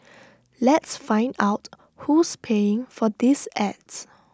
let's find out who's paying for these ads